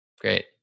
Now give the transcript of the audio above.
Great